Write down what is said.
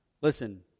listen